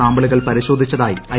സാമ്പിളുകൾ പരിശോധിച്ചത്യി ഐ